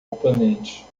oponente